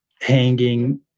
hanging